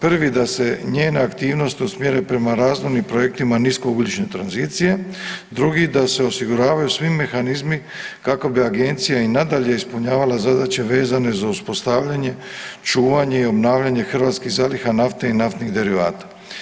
Prvi da se njena aktivnost usmjeri prema razvojnim projektima niskougljične tranzicije, drugi da se osiguravaju svi mehanizmi kako bi agencija i nadalje ispunjavala zadaće vezane za uspostavljanje, čuvanje i obnavljanje hrvatskih zaliha nafte i naftnih derivata.